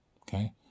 okay